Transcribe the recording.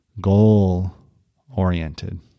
goal-oriented